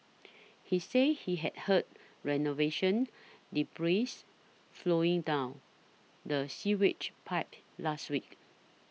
he said he had heard renovation debris flowing down the sewage pipe last week